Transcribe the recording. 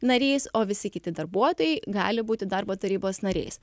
narys o visi kiti darbuotojai gali būti darbo tarybos nariais